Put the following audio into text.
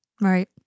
Right